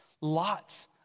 Lots